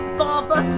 father